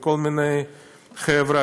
וכל מיני חבר'ה,